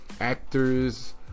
actors